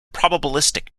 probabilistic